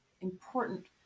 important